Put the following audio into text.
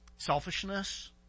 Selfishness